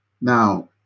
Now